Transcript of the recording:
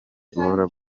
guhora